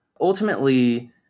Ultimately